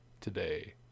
today